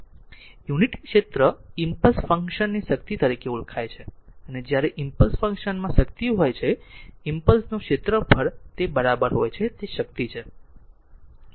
unit ક્ષેત્ર impulse function ની શક્તિ તરીકે ઓળખાય છે અને જ્યારે ઈમ્પલસ ફંક્શન માં શક્તિ હોય છે ઈમ્પલસ નું ક્ષેત્રફળ તે બરાબર છે તે શક્તિ છે